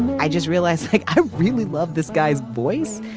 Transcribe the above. i just realized like i really love this guy's voice.